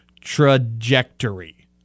trajectory